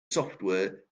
software